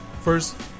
first